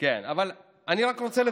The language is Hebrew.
כמה,